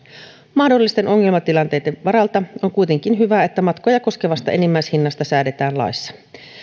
mahdollisten ongelmatilanteitten varalta on kuitenkin hyvä että matkoja koskevasta enimmäishinnasta säädetään laissa